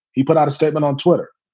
he put out a statement on twitter.